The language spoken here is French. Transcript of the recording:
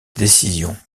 décision